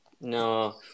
No